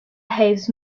behaves